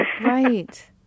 Right